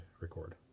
record